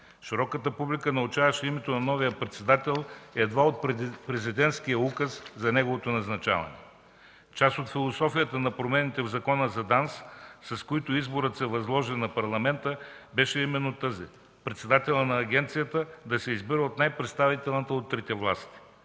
Широката публика научаваше името на новия председател едва от президентския указ за неговото назначаване. Част от философията на промените в Закона за ДАНС, с които изборът се възложи на Парламента, беше именно тази – председателят на Агенцията да се избира от най-представителната от трите власти.